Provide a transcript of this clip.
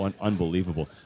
Unbelievable